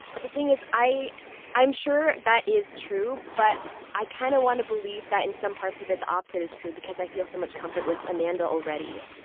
the thing is, i'm sure that is true, but i kind of want to believe that in some parts of it, the opposite is true because i feel so much comfort with amanda already.